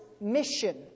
mission